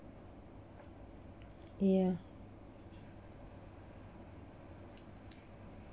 ya